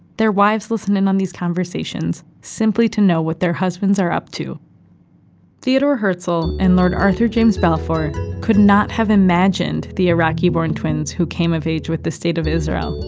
their wives listen in on these conversations simply to know what their husbands are up to theodore herzl and lord arthur james balfour could not have imagined the iraqi-born twins who came of age with the state of israel.